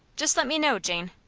just let me know, jane.